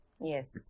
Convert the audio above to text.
Yes